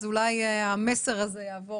אז אולי המסר הזה יעבור,